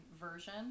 version